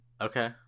Okay